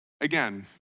again